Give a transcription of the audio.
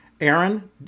Aaron